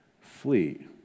Flee